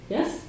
Yes